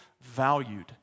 valued